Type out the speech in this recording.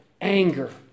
anger